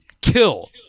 kill